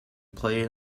played